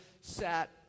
sat